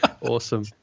Awesome